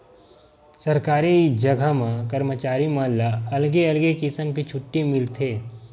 सरकारी जघा म करमचारी मन ला अलगे अलगे किसम के छुट्टी मिलथे